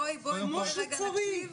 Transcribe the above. בואי רגע נקשיב.